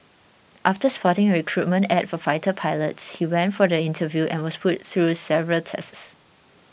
after spotting a recruitment ad for fighter pilots he went for the interview and was put through several tests